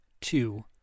two